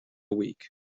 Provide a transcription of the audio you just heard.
week